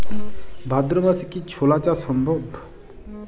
ভাদ্র মাসে কি ছোলা চাষ সম্ভব?